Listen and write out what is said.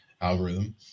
algorithm